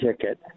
ticket